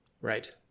Right